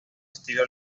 estilo